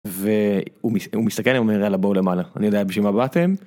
והוא מסתכל עליהם ואומר יאללה בואו למעלה אני יודע בשביל מה באתם.